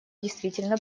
действительно